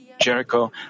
Jericho